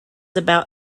about